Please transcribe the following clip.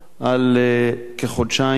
על כחודשיים,